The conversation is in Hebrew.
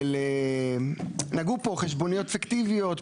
נגעו פה חשבוניות פיקטיביות,